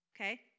okay